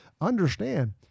Understand